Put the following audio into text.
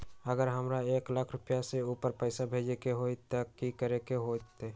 अगर हमरा एक लाख से ऊपर पैसा भेजे के होतई त की करेके होतय?